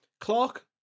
Clark